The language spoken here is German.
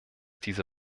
diese